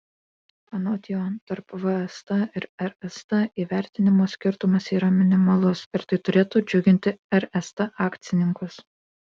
anot jo tarp vst ir rst įvertinimo skirtumas yra minimalus ir tai turėtų džiuginti rst akcininkus